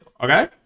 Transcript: okay